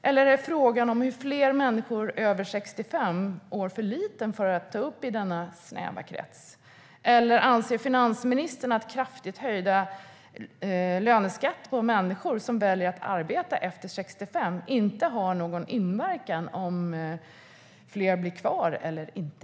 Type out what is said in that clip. Eller är frågan om fler människor över 65 år i arbete alltför liten för att tas upp i denna snäva krets? Eller anser finansministern att kraftigt höjda löneskatter på människor som väljer att arbeta efter 65 inte har någon inverkan på om fler blir kvar eller inte?